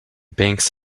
banks